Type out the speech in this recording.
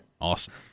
Awesome